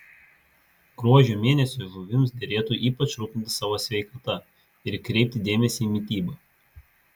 gruožio mėnesį žuvims derėtų ypač rūpintis savo sveikata ir kreipti dėmesį į mitybą